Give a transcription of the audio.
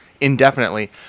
indefinitely